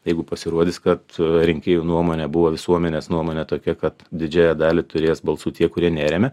jeigu pasirodys kad rinkėjų nuomonė buvo visuomenės nuomonė tokia kad didžiąją dalį turės balsų tie kurie neremia